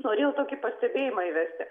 norėjau tokį pastebėjimą įvesti